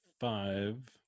five